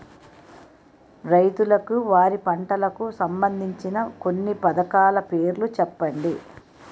రైతులకు వారి పంటలకు సంబందించిన కొన్ని పథకాల పేర్లు చెప్పండి?